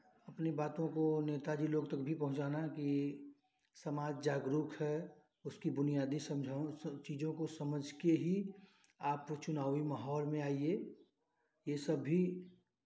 अपनी बातों को नेताजी लोग तक भी पहुँचाना की समाज जागरूक है उसकी बुनियादी समझों सब चीज़ों को समझ के ही आपको चुनावी माहौल में आइए ये सब भी